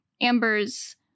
amber's